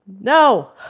No